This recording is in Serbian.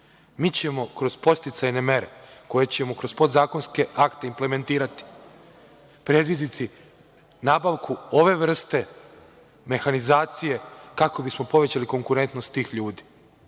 Mi ćemo kroz podsticajne mere, koje ćemo kroz podzakonske akte implementirati, predvideti nabavku ove vrste mehanizacije kako bismo povećali konkurentnost tih ljudi,